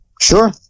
Sure